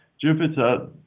Jupiter